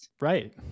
right